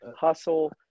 hustle